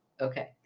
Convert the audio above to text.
Okay